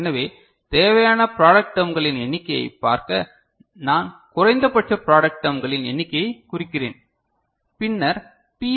எனவே தேவையான ப்ராடக்ட் டெர்ம்களின் எண்ணிக்கையைப் பார்க்க நான் குறைந்தபட்ச ப்ராடக்ட் டெர்ம்களின் எண்ணிக்கையைக் குறிக்கிறேன் பின்னர் பி